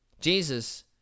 Jesus